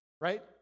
right